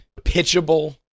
pitchable